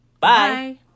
Bye